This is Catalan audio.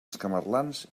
escamarlans